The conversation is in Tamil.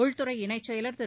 உள்துறை இணைச் செயலர் திரு